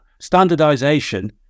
standardization